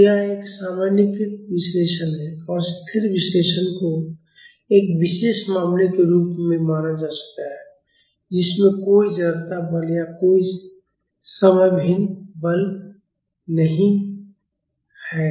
तो यह एक सामान्यीकृत विश्लेषण है और स्थिर विश्लेषण को एक विशेष मामले के रूप में माना जा सकता है जिसमें कोई जड़ता बल या कोई समय भिन्न बल नहीं है